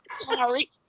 sorry